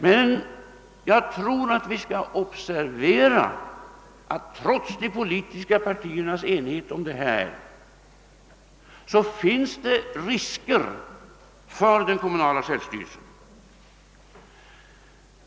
Vi skall emellertid observera att det, trots de politiska partiernas enighet, finns risker för den kommunala självstyrelsen.